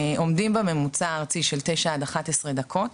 עומדים בממוצע הארצי על 9 עד 11 דקות.